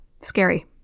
scary